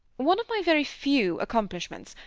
one of my very few accomplishments,